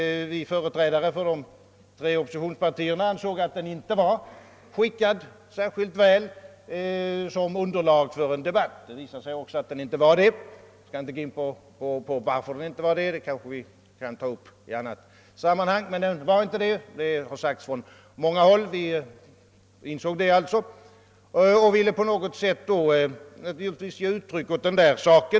Vi företrädare för de tre oppositionspartierna ansåg att den inte var särskilt väl lämpad som underlag för en debatt. Det visade sig också att den inte var det; orsaken härtill kanske vi kan diskutera i ett annat sammanhang. Detta har sagts från många håll. Vi insåg det alltså, och vi ville på något sätt ge uttryck härför.